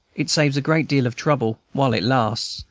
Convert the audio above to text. it saves a great deal of trouble, while it lasts,